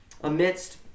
Amidst